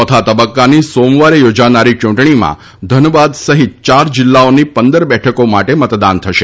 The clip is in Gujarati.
ચોથા તબક્કાની સોમવારે યોજાનારી ચૂંટણીમાં ધનબાદ સહિત ચાર જિલ્લાઓની પંદર બેઠકો માટે મતદાન થશે